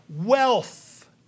wealth